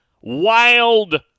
Wild